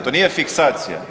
To nije fiksacija.